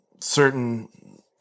certain